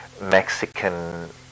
Mexican